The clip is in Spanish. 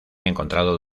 encontrado